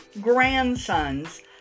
grandsons